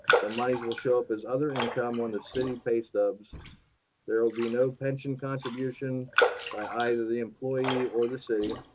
the moneys will show up as other income on the city pay stubs and will be no pension contribution by either the employee or the city